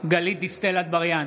גלית דיסטל אטבריאן,